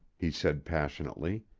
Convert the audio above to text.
he said passionately.